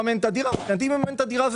אם הכסף הולך כדי לממן את הדירה,